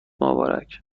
مبارک